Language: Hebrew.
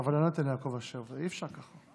אני נותן לכם דקה ושלושה רבעים